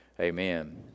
Amen